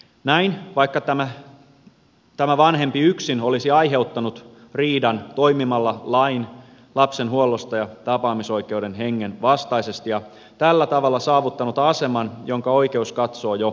näin vaikka tämä vanhempi yksin olisi aiheuttanut riidan toimimalla lapsen huollosta ja tapaamisoikeudesta annetun lain hengen vastaisesti ja tällä tavalla saavuttanut aseman jonka oikeus katsoo jo vakiintuneeksi